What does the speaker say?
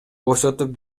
бошотуп